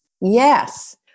Yes